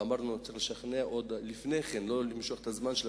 אמרנו שצריך לשכנע עוד לפני כן ולא למשוך את הזמן.